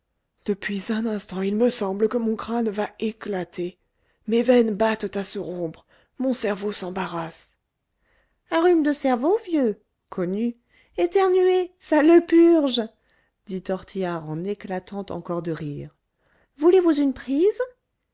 depuis un instant il me semble que mon crâne va éclater mes veines battent à se rompre mon cerveau s'embarrasse un rhume de cerveau vieux connu éternuez ça le purge dit tortillard en éclatant encore de rire voulez-vous une prise